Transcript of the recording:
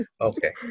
Okay